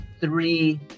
three